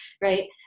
right